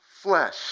flesh